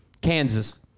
Kansas